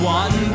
one